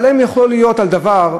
אבל האם יכול להיות על דבר,